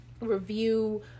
review